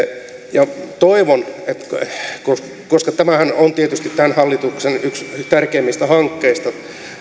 koska tämä sääntelyn purkuhan on tietysti tämän hallituksen yksi tärkeimmistä hankkeista